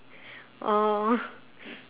uh